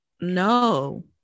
no